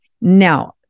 Now